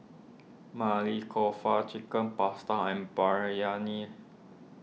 Maili Kofta Chicken Pasta and Biryani